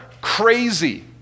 crazy